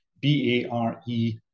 B-A-R-E